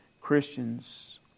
Christians